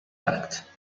act